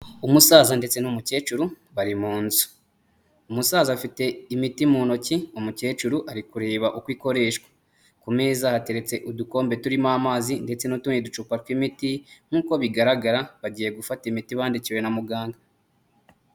Umusaza ndetse n'umukecuru bari munzu. Umusaza afite imiti mu ntoki, umukecuru ari kureba uko ikoreshwa, ku meza hateretse udukombe turimo amazi ndetse n'utundi ducupa tw'imiti nk'uko bigaragara bagiye gufata imiti bandikiwe na muganga.